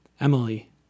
Emily